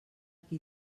qui